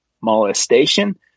molestation